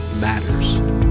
matters